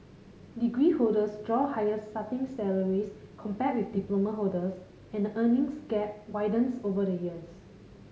degree holders draw higher starting salaries compared with diploma holders and the earnings gap widens over the years